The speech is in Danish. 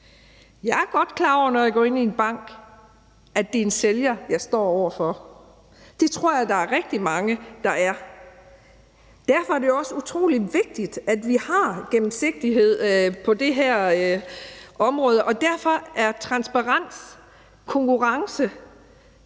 Jeg er godt klar over, når jeg går ind i en bank, at det er en sælger, jeg står over for, og det tror jeg at der er rigtig mange der er. Derfor er det også utrolig vigtigt, at vi har gennemsigtighed på det her område, og derfor er transparens og konkurrence